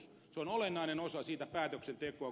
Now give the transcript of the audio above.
se on olennainen osa sitä päätöksentekoa